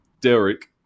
Derek